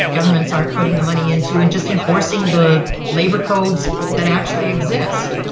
governments aren't putting the money into and just enforcing the labour codes that actually exist.